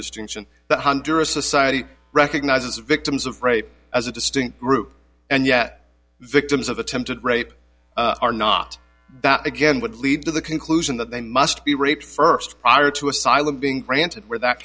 distinction one hundred society recognizes victims of rape as a distinct group and yet victims of attempted rape are not that again would lead to the conclusion that they must be raped first prior to asylum being granted where that